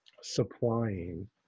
supplying